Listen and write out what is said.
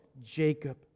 Jacob